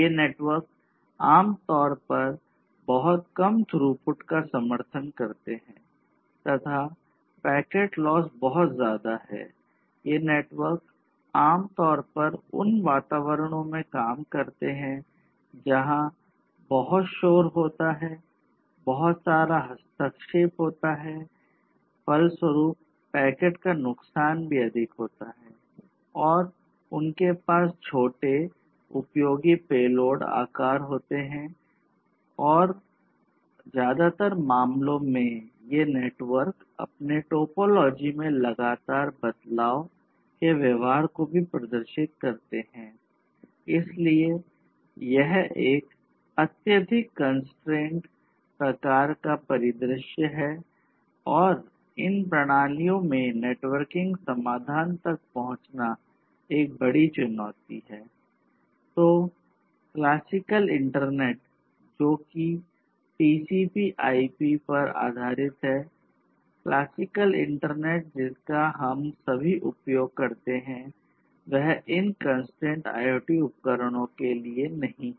ये नेटवर्क आमतौर पर बहुत कम थ्रूपुट जिसका हम सभी उपयोग करते हैं वह इन कंस्ट्रेंट IoT उपकरणों के लिए नहीं है